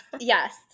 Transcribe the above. Yes